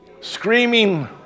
screaming